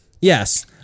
yes